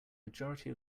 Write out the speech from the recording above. majority